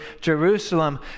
Jerusalem